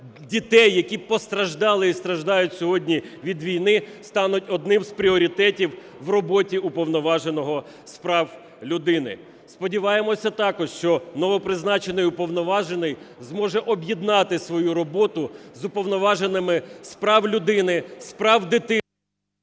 які постраждали і страждають сьогодні від війни, стануть одним із пріоритетів в роботі Уповноваженого з прав людини. Сподіваємося також, що новопризначений Уповноважений зможе об'єднати свою роботу з Уповноваженими з прав людини, з прав дитини…